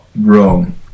wrong